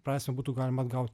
prasmę būtų galima atgaut